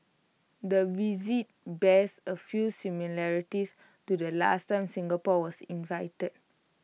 the visit bears A few similarities to the last time Singapore was invited